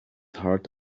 heart